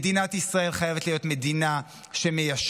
מדינת ישראל חייבת להיות מדינה שמיישבת,